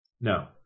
No